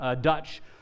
Dutch